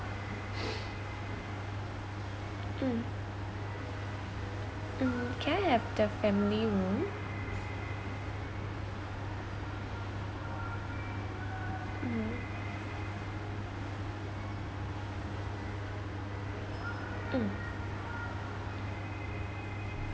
mm mm can I have the family room mm mm